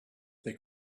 they